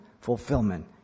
fulfillment